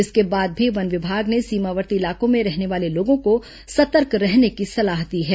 इसके बाद भी वन विभाग ने सीमावर्ती इलाकों में रहने वाले लोगों को सतर्क रहने की सलाह दी है